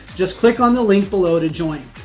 just click on the link below to join.